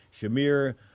Shamir